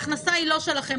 וההכנסה היא לא שלכם,